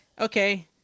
okay